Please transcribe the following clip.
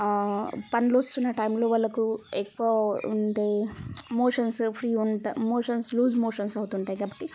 పండ్లు వస్తున్న టైంలో వాళ్ళకు ఎక్కువ ఉండే మోషన్స్ ఫ్రీ ఉంటే మోషన్స్ లూజ్ మోషన్స్ అవుతుంటాయి కాబట్టి